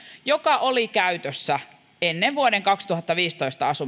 joka oli käytössä ennen vuoden kaksituhattaviisitoista asumistuen